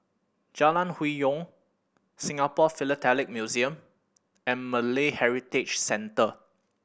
Jalan Hwi Yoh Singapore Philatelic Museum and Malay Heritage Centre